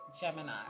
Gemini